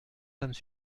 femmes